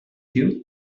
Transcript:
you